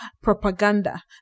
propaganda